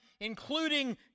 including